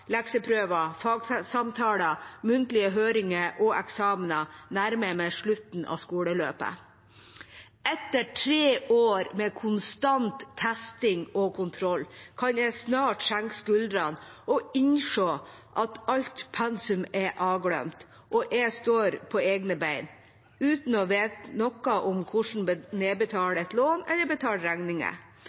muntlige høringer og eksamener, nærmer jeg meg slutten av skoleløpet. Etter tre år med konstant testing og kontroll kan jeg snart senke skuldrene og innse at alt pensum er avglemt, og at jeg står på egne bein – uten å vite noe om hvordan man nedbetaler et lån eller betaler regninger.